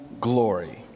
glory